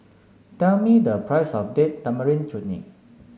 tell me the price of Date Tamarind Chutney